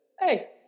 hey